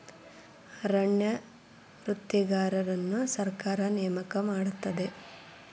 ಅರಣ್ಯ ವೃತ್ತಿಗಾರರನ್ನು ಸರ್ಕಾರ ನೇಮಕ ಮಾಡುತ್ತದೆ